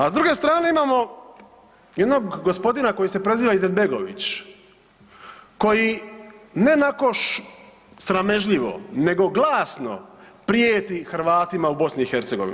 A s druge strane imamo jednog gospodina koji se preziva Izetbegović koji ne nakoš sramežljivo nego glasno prijeti Hrvatima u BiH.